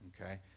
Okay